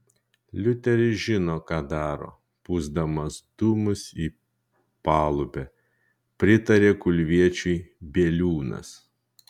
liuteris žino ką daro pūsdamas dūmus į palubę pritarė kulviečiui bieliūnas